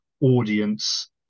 audience